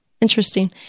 Interesting